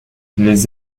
les